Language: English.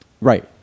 Right